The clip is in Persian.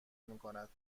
میکند